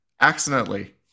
accidentally